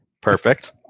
Perfect